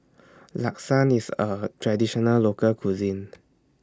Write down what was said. Lasagne IS A Traditional Local Cuisine